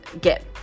get